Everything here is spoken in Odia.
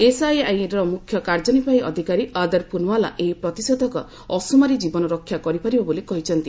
ଏସଆଇଆଇର ମୁଖ୍ୟ କାର୍ଯ୍ୟନିର୍ବାହୀ ଅଧିକାରୀ ଅଦର ପୁନାୱାଲା ଏହି ପ୍ରତିଷେଧକ ଅସୁମାରୀ ଜୀବନ ରକ୍ଷା କରିପାରିବ ବୋଲି କହିଛନ୍ତି